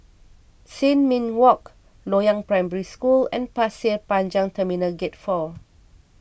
Sin Ming Walk Loyang Primary School and Pasir Panjang Terminal Gate four